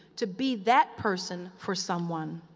to be that person for someone.